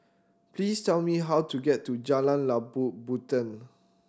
please tell me how to get to Jalan Labu Puteh